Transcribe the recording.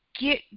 get